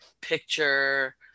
picture